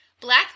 Black